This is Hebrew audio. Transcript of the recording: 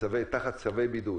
כלומר שהם תחת צווי בידוד,